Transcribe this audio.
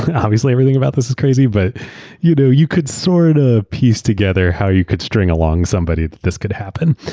obviously, everything about this is crazy, but you know you could sort of piece together how you could string along somebody that this could happen.